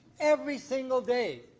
every single day.